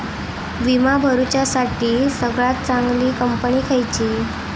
विमा भरुच्यासाठी सगळयात चागंली कंपनी खयची?